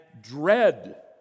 dread